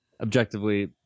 objectively